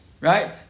right